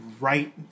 right